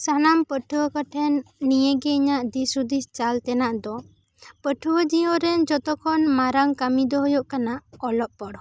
ᱥᱟᱱᱟᱢ ᱯᱟᱹᱴᱷᱩᱣᱟᱹ ᱠᱚ ᱴᱷᱮᱱ ᱱᱤᱭᱟᱹ ᱜᱮ ᱤᱧᱟᱹᱜ ᱫᱤᱥ ᱦᱩᱫᱤᱥ ᱪᱟᱞ ᱛᱮᱱᱟᱜ ᱫᱚ ᱯᱟᱹᱴᱷᱩᱣᱟᱹ ᱡᱤᱭᱚᱱ ᱨᱮ ᱡᱚᱛᱚ ᱠᱷᱚᱱ ᱢᱟᱨᱟᱝ ᱠᱟᱹᱢᱤ ᱫᱚ ᱦᱩᱭᱩᱜ ᱠᱟᱱᱟ ᱚᱞᱚᱜ ᱯᱚᱲᱦᱚᱱ